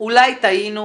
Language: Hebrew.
אולי טעינו,